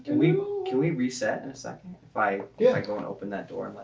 can we can we reset in a second? if i yeah go and open that door and let